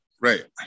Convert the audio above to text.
Right